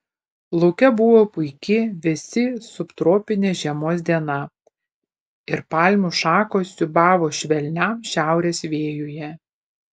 lauke buvo puiki vėsi subtropinės žiemos diena ir palmių šakos siūbavo švelniam šiaurės vėjuje